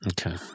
Okay